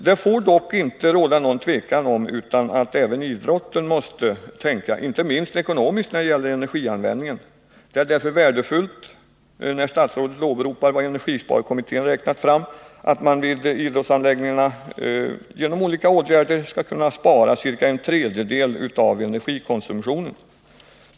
Det får dock inte råda någon tvekan om att man även inom idrotten måste tänka ekonomiskt när det gäller energianvändningen. Det är därför värdefullt att statsrådet åberopar vad energisparkommittén räknat fram, nämligen att man vid idrottsanläggningar genom olika åtgärder skulle kunna spara ca en tredjedel av nuvarande energikonsumtion.